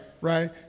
right